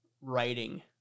writing